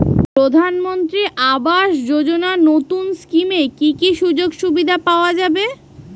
প্রধানমন্ত্রী আবাস যোজনা নতুন স্কিমে কি কি সুযোগ সুবিধা পাওয়া যাবে?